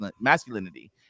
masculinity